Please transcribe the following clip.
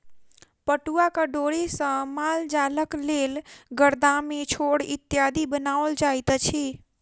पटुआक डोरी सॅ मालजालक लेल गरदामी, छोड़ इत्यादि बनाओल जाइत अछि